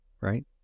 right